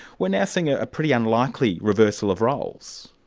we're now seeing ah a pretty unlikely reversal of roles.